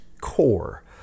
core